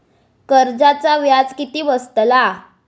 कर्जाचा व्याज किती बसतला?